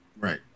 Right